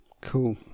cool